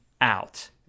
out